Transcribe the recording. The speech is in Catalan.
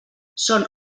són